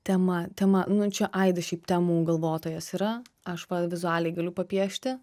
tema tema nu čia aidas šiaip temų galvotojas yra aš va vizualiai galiu papiešti